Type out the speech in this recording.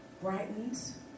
brightens